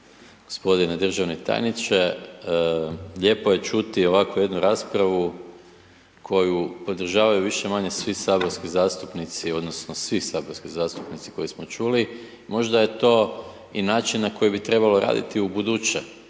Gospodine državni tajniče. Lijepo je čuti ovako jednu raspravu koju podržavaju više-manje svi saborski zastupnici, odnosno, svi saborski zastupnici koje smo čuli, možda je to i način na koji bi trebalo raditi ubuduće.